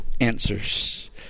answers